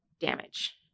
damage